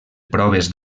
proves